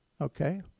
Okay